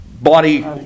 Body